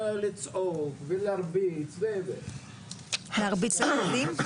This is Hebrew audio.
לצעוק ולהרביץ -- להרביץ לילדים?